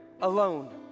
alone